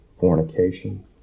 fornication